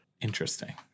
Interesting